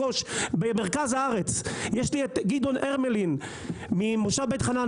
במרכז הארץ יש לי את גדעון הרמלין ממושב בית חנן,